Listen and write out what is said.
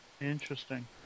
Interesting